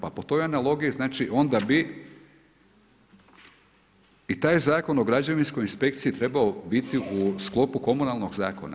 Pa po toj analogiji znači onda bi i taj Zakon o građevinskoj inspekciji trebao biti u sklopu komunalnog zakona.